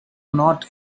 not